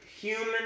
Human